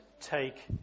take